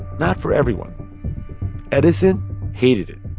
not for everyone edison hated it.